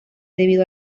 debido